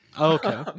okay